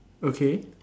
okay